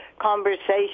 conversation